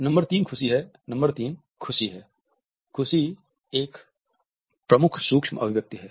number 3 खुशी है खुशी एक प्रमुख सूक्ष्म अभिव्यक्ति है